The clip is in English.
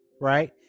right